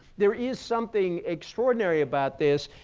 there is something extraordinary about this,